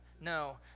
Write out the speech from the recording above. No